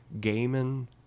gaming